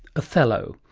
othello.